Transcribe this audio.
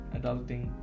adulting